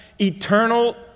eternal